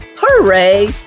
Hooray